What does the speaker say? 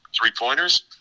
three-pointers